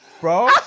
Bro